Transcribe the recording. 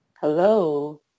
Hello